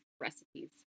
recipes